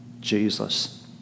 Jesus